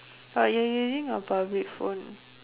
but you using a public phone